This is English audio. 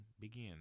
begin